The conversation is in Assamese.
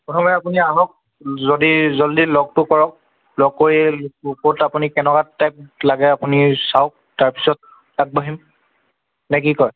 প্ৰথমে আপুনি আহক যদি জল্দি লগটো কৰক লগ কৰি ক'ত আপুনি কেনেকুৱা টাইপৰ লাগে আপুনি চাওক তাৰপিছত আগবাঢ়িম নে কি কয়